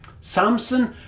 Samson